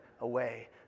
Away